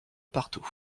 partout